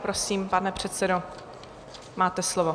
Prosím, pane předsedo, máte slovo.